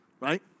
right